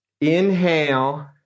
Inhale